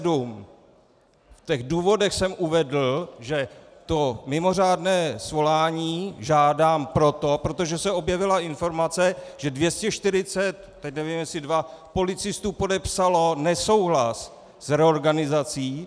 V těch důvodech jsem uvedl, že to mimořádné svolání žádám proto, protože se objevila informace, že 240, a teď nevím, jestli dva policistů, podepsalo nesouhlas s reorganizací.